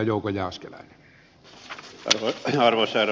arvoisa herra puhemies